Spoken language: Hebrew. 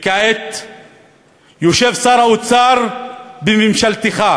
וכעת יושב שר האוצר בממשלתך,